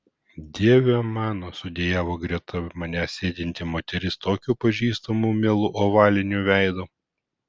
dieve mano sudejavo greta manęs sėdinti moteris tokiu pažįstamu mielu ovaliniu veidu